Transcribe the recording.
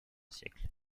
siècle